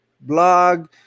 blog